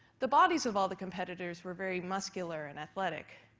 the bodies of all the competitors were very muscular and athletic.